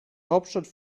hauptstadt